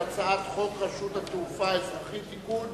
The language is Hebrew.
על הצעת חוק רשות התעופה האזרחית (תיקון),